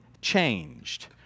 changed